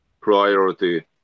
priority